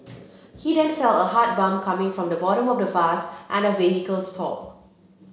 he then felt a hard bump coming from the bottom of the bus and the vehicle stopped